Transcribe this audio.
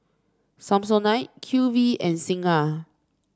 Samsonite Q V and Singha